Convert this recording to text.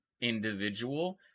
individual